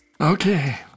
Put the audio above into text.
Okay